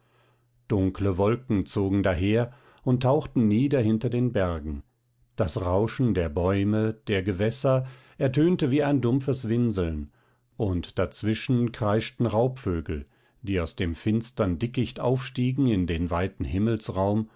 dunkle wolken zogen daher und tauchten nieder hinter den bergen das rauschen der bäume der gewässer ertönte wie ein dumpfes winseln und dazwischen kreischten raubvögel die aus dem finstern dickicht aufstiegen in den weiten